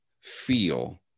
feel